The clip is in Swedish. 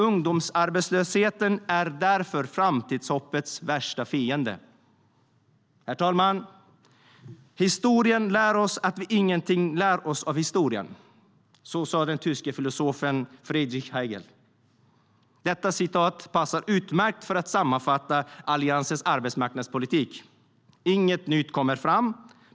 Ungdomsarbetslösheten är därför framtidshoppets värsta fiende. Inget nytt kommer fram.